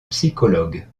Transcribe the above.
psychologue